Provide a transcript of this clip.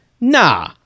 Nah